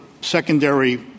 secondary